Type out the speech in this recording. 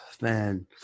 Man